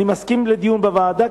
אני מסכים לדיון בוועדה,